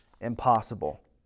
impossible